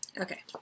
Okay